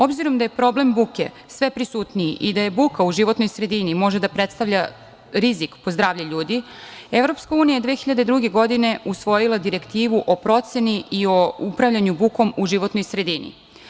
Obzirom da je problem buke sve prisutniji i da buka u životnoj sredini može da predstavlja rizik po zdravlje ljudi, Evropska unija je 2002. godine usvojila direktivu o proceni i o upravljanju bukom u životnoj sredini.